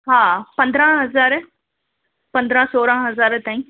हा पंद्रहं हज़ार पंद्रहं सोरहं हज़ार ताईं